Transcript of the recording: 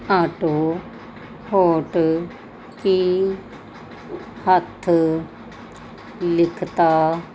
AutoHotkey ਹੱਥ ਲਿਖਤਾਂ